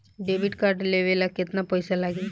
Debit card लेवे ला केतना पईसा लागी?